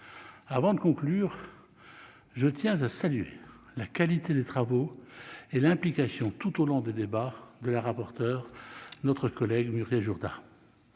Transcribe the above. Avant de conclure, je tiens à saluer la qualité des travaux et l'implication tout au long des débats de Mme le rapporteur, Muriel Jourda.